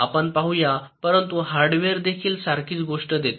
आपण पाहू या परंतु हे हार्डवेअर देखील सारखीच गोष्टी देते